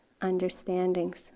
understandings